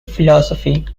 philosophy